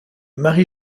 marie